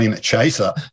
chaser